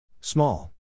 Small